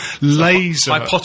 laser